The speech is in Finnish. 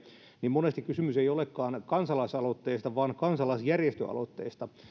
niin monesti kysymys ei olekaan kansalaisaloitteesta vaan kansalaisjärjestöaloitteesta